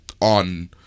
on